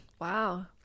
wow